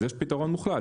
אז יש פתרון מוחלט,